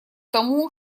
тому